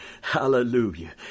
Hallelujah